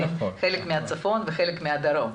שניים מהצפון ושניים מהדרום.